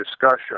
discussion